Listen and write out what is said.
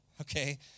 okay